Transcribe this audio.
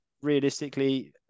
realistically